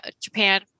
Japan